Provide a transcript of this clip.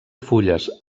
fulles